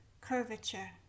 Curvature